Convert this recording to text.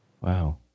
Wow